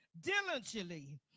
diligently